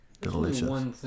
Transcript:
Delicious